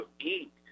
eat